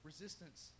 Resistance